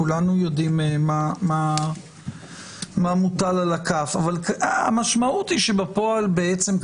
כולנו יודעים מה מוטל על הכף אין סד"כ